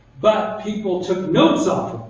but people took notes off